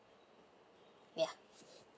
ya